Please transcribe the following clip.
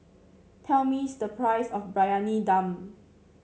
tell Miss the price of Briyani Dum